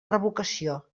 revocació